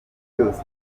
byose